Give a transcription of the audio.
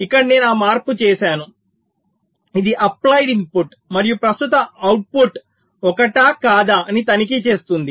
ఇక్కడ నేను ఆ మార్పు చేసాను ఇది అప్లైడ్ ఇన్పుట్ మరియు ప్రస్తుత అవుట్పుట్ ఒకటా కాదా అని తనిఖీ చేస్తుంది